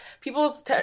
people's